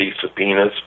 subpoenas